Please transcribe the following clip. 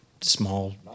small